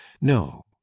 no